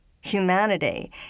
humanity